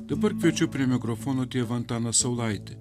dabar kviečiu prie mikrofono tėvą antaną saulaitį